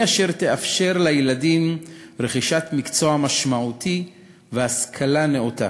היא אשר תאפשר לילדים רכישת מקצוע משמעותי והשכלה נאותה,